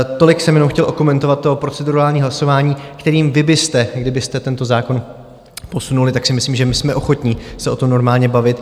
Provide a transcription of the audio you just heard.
Tolik jsem jenom chtěl okomentovat to procedurální hlasování, kterým vy byste, kdybyste tento zákon posunuli, tak si myslím, že my jsme ochotní se o tom normálně bavit.